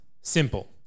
simple